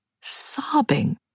sobbing